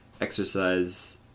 exercise